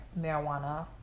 marijuana